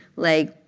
like,